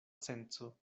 senco